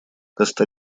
коста